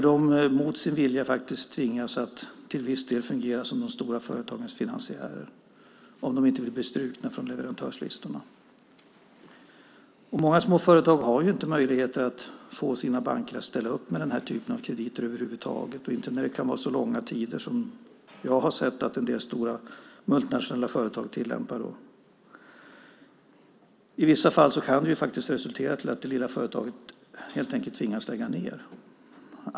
De tvingas faktiskt att mot sin vilja till viss del fungera som de stora företagens finansiärer, om de inte vill bli strukna från leverantörslistorna. Många små företag har ju inte möjligheter att få sina banker att ställa upp med den här typen av krediter över huvud taget, inte när det kan vara fråga om så långa betalningstider som jag har sett att en del stora multinationella företag tillämpar. I vissa fall kan det faktiskt resultera i att det lilla företaget helt enkelt tvingas lägga ned.